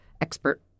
expert